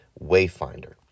wayfinder